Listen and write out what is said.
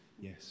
Yes